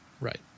Right